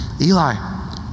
Eli